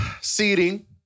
seating